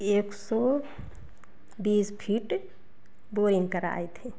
एक सौ बीस फीट बोरिंग कराए थे